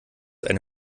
eine